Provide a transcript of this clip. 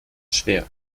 schwer